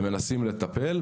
ומנסים לטפל.